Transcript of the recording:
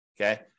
Okay